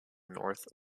north